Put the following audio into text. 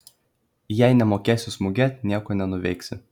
jei nemokėsi smūgiuot nieko nenuveiksi